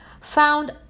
found